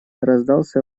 раздался